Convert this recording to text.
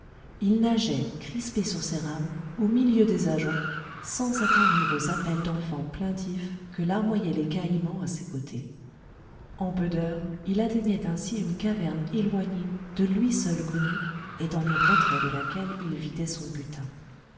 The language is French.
il nageait crispé sur ses rames au milieu des ajoncs sans s'attendrir aux appels d'enfants plaintifs que larmoyaient les caïmans à ses côtés en peu d'heures il atteignait ainsi une caverne éloignée de lui seul connue et dans les retraits de laquelle il vidait son butin